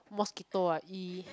mosquito ah E